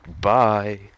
Bye